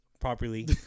properly